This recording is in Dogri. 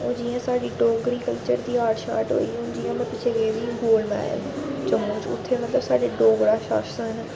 ओह् जियां साढ़ी डोगरी कल्चर दी आर्ट शार्ट होई हून जियां में पिच्छें गेदी ही जम्मू च उत्थें मतलब साढ़ै डोगरा शासन